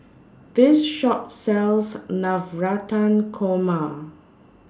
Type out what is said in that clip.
This Shop sells Navratan Korma